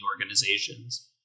organizations